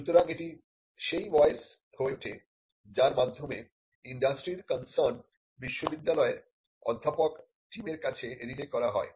সুতরাং এটি সেই ভয়েস হয়ে ওঠে যার মাধ্যমে ইন্ডাস্ট্রির কন্সার্ন বিশ্ববিদ্যালয়ের অধ্যাপক টীম এর কাছে রিলে করা হয়